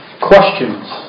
questions